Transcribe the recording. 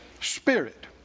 spirit